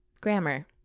Grammar